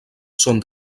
són